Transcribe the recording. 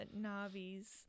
Na'vi's